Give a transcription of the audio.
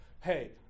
Hey